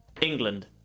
England